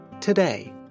today